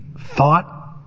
thought